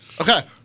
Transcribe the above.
Okay